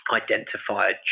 identifier